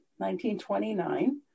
1929